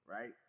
right